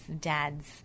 dad's